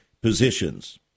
positions